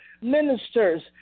ministers